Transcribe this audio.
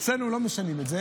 אצלנו לא משנים את זה.